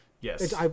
Yes